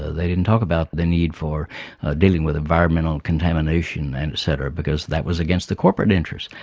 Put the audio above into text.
they didn't talk about the need for dealing with environmental contamination and et cetera because that was against the corporate interest.